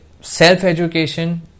self-education